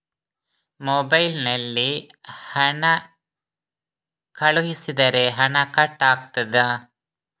Mobile ನಲ್ಲಿ ಹಣ ಕಳುಹಿಸಿದರೆ ಹಣ ಕಟ್ ಆಗುತ್ತದಾ?